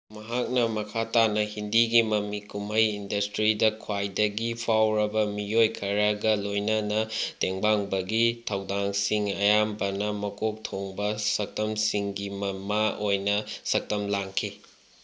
ꯃꯍꯥꯛꯅ ꯃꯈꯥ ꯇꯥꯅ ꯍꯤꯟꯗꯤꯒꯤ ꯃꯃꯤ ꯀꯨꯝꯍꯩ ꯏꯟꯗꯁꯇ꯭ꯔꯤꯗ ꯈ꯭ꯋꯥꯏꯗꯒꯤ ꯐꯥꯎꯔꯕ ꯃꯤꯑꯣꯏ ꯈꯔꯒ ꯂꯣꯏꯅꯅ ꯇꯦꯡꯕꯥꯡꯕꯒꯤ ꯊꯧꯗꯥꯡꯁꯤꯡ ꯑꯌꯥꯝꯕꯅ ꯃꯀꯣꯛ ꯊꯣꯡꯕ ꯁꯛꯇꯝꯁꯤꯡꯒꯤ ꯃꯃꯥ ꯑꯣꯏꯅ ꯁꯛꯇꯝ ꯂꯥꯡꯈꯤ